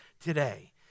today